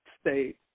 state